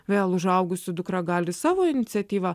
vėl užaugusi dukra gali savo iniciatyva